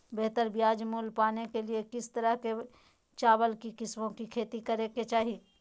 बेहतर बाजार मूल्य पाने के लिए किस तरह की चावल की किस्मों की खेती करे के चाहि?